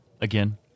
again